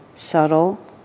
subtle